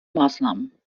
maßnahmen